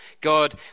God